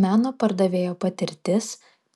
meno pardavėjo patirtis